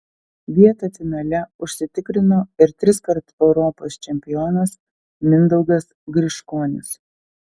vietą finale užsitikrino ir triskart europos čempionas mindaugas griškonis